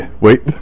wait